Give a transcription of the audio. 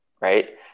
Right